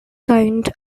kind